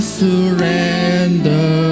surrender